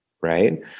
right